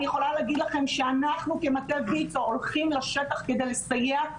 אני יכולה להגיד לכם שאנחנו כמטה ויצו הולכים לשטח כדי לסייע,